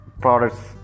products